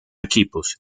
equipos